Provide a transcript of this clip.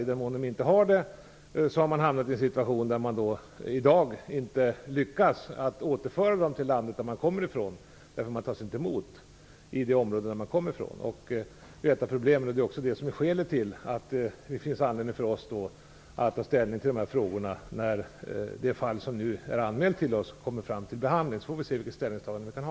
I den mån de inte har det, hamnar man i en situation, som i dag, att man inte lyckas återföra dem till det land de kommer ifrån därför att de inte tas emot i de områden som de kommer ifrån. Därför finns det anledning för oss att ta ställning i dessa frågor när det fall som nu är anmält till oss kommer till behandling. Sedan får vi se vilken ställning vi kan ta.